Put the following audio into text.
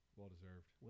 Well-deserved